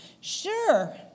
Sure